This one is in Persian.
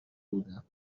بودم